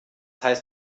heißt